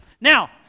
now